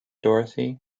dorothy